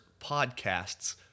podcasts